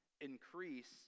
increase